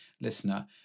listener